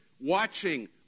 watching